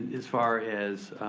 as far as